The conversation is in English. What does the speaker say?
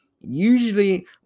usually